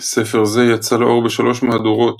ספר זה יצא לאור בשלוש מהדורות